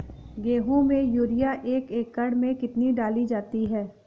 गेहूँ में यूरिया एक एकड़ में कितनी डाली जाती है?